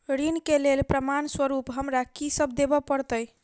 ऋण केँ लेल प्रमाण स्वरूप हमरा की सब देब पड़तय?